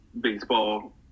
Baseball